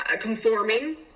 conforming